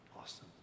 awesome